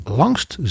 langst